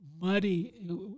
muddy